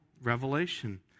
revelation